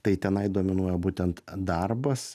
tai tenai dominuoja būtent darbas